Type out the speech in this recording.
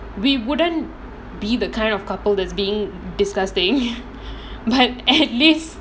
we wouldn't be the kind of couple that is being disgusting but at least